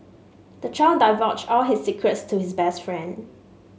the child divulged all his secrets to his best friend